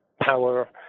power